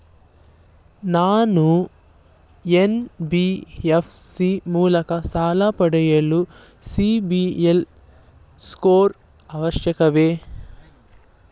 ನಾನು ಎನ್.ಬಿ.ಎಫ್.ಸಿ ಮೂಲಕ ಸಾಲ ಪಡೆಯಲು ಸಿಬಿಲ್ ಸ್ಕೋರ್ ಅವಶ್ಯವೇ?